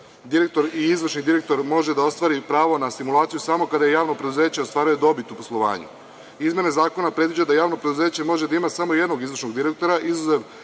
i izvršni direktor može da ostvari pravo na stimulaciju samo kada javno preduzeće ostvaruje dobit u poslovanju. Izmene zakona predviđa da javno preduzeće može da ima samo jednog izvršnog direktora, izuzev